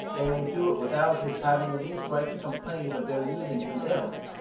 they may do it without his having the least right to complain of their using him ill.